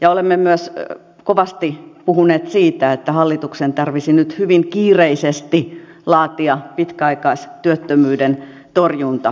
ja olemme myös kovasti puhuneet siitä että hallituksen tarvitsisi nyt hyvin kiireisesti laatia pitkäaikaistyöttömyyden torjuntaohjelma